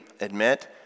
admit